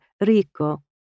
Rico